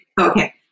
Okay